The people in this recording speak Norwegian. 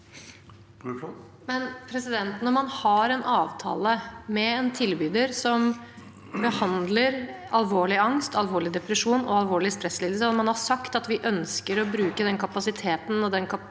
(H) Når man har en avta- le med en tilbyder som behandler alvorlig angst, alvorlig depresjon og alvorlig stresslidelse, og man har sagt at man ønsker å bruke den kapasiteten og den kvaliteten